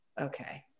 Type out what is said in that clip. okay